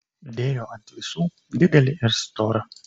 dėjo ant visų didelį ir storą